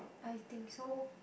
I think so